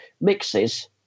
mixes